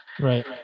Right